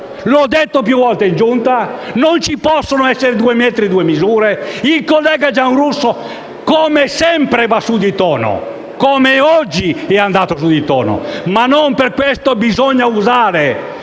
L'ho detto più volte in Giunta: non ci possono essere due metri e due misure. Il collega Giarrusso, come sempre, va su di tono, come ha fatto anche oggi, ma non per questo bisogna usare